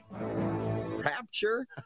Rapture